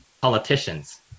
politicians